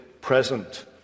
present